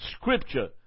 scripture